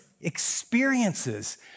experiences